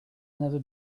never